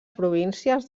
províncies